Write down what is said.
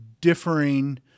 differing